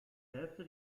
hälfte